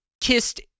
kissed